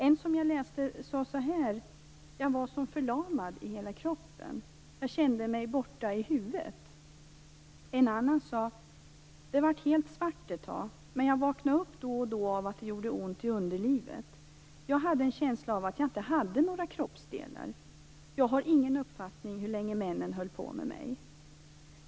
Jag läste om en som sade så här: Jag var som förlamad i hela kroppen, jag kände mig borta i huvudet. En annan sade: Det blev helt svart ett tag, men jag vaknade upp då och då av att det gjorde ont i underlivet. Jag hade en känsla av att jag inte hade några kroppsdelar. Jag har ingen uppfattning om hur länge männen höll på med mig.